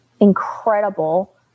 incredible